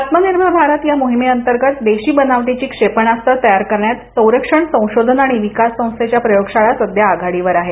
आत्मनिर्भर भारत या मोहमेअंतर्गत देशी बनावटीची क्षेपणास्त्र तयार करण्यात संरक्षण संशोधन आणि विकास संस्थे चया प्रयोगशाळा सध्या आघाडीवर आहेत